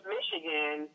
Michigan